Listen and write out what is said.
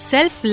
Self